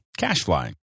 Cashfly